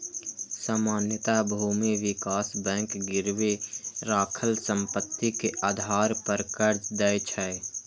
सामान्यतः भूमि विकास बैंक गिरवी राखल संपत्ति के आधार पर कर्ज दै छै